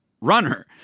runner